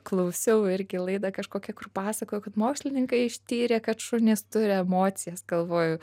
klausiau irgi laidą kažkokią kur pasakojo kad mokslininkai ištyrė kad šunys turi emocijas galvoju